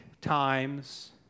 times